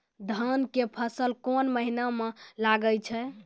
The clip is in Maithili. धान के फसल कोन महिना म लागे छै?